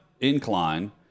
incline